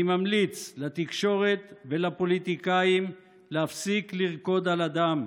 אני ממליץ לתקשורת ולפוליטיקאים להפסיק לרקוד על הדם,